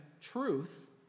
truth